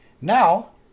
now